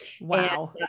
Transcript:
Wow